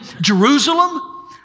Jerusalem